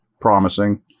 Promising